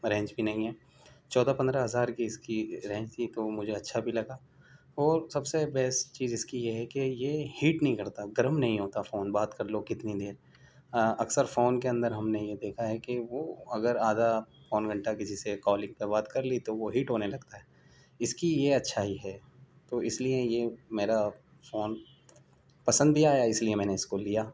ریج بھی نہیں ہے چودہ پندرہ ہزار کی اس کی رینج تھی تو وہ مجھے اچھا بھی لگا اور سب سے بیسٹ چیز اس کی یہ ہے کہ ہیٹ نہیں کرتا گرم نہیں ہوتا فون بات کرلو کتنی دیر اکثر فون کے اندر ہم نے یہ دیکھا ہے کہ وہ اگر آدھا پون گھنٹہ کسی سے کالنگ پہ بات کرلی تو وہ ہیٹ ہونے لگتا ہے اس کی یہ اچھائی ہے تو اس لیے یہ میرا فون پنسد بھی آیا اسی لیے میں نے اس کو لیا